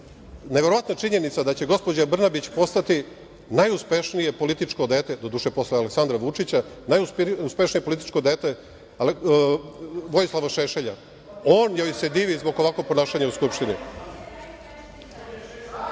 neverovatna činjenica da će gospođa Brnabić postati najuspešnije političko dete, doduše posle Aleksandra Vučića, najuspešnije političko dete Vojislava Šešelja. On joj se divi zbog ovakvog ponašanje u Skupštini.